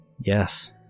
Yes